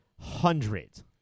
hundreds